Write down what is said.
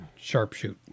sharpshoot